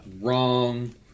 Wrong